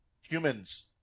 humans